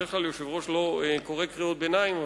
בדרך כלל יושב-ראש לא קורא קריאות ביניים,